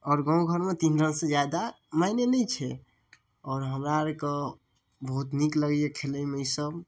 आओर गाँव घरमे तीन रनसँ जादा मायने नहि छै आओर हमरा अरके बहुत नीक लगैए खेलैमे ईसब